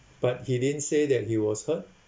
but he didn't say that he was hurt